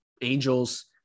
angels